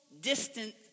distant